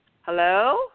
Hello